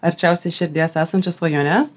arčiausiai širdies esančias svajones